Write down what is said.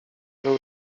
był